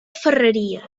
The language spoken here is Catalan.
ferreries